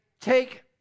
take